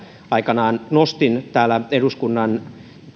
aikanaan nostin täällä eduskunnan